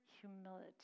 humility